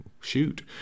shoot